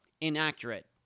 inaccurate